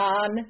on